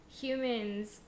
humans